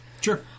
Sure